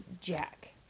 Jack